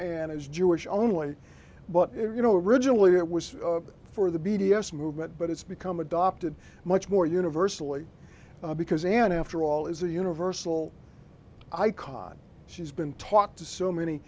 and is jewish only but you know originally it was for the b d s movement but it's become adopted much more universally because an after all is a universal i caught she's been talked to so many